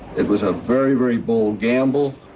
it was a very, very bold gamble,